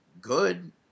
good